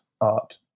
art